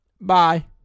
Bye